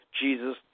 Jesus